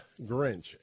Grinch